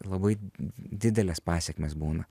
labai didelės pasekmės būna